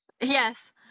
Yes